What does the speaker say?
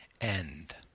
end